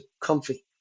comfy